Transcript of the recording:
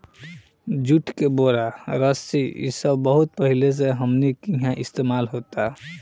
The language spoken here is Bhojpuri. जुट के बोरा, रस्सी इ सब बहुत पहिले से हमनी किहा इस्तेमाल होता